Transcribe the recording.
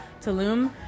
Tulum